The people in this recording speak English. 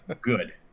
good